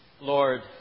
Lord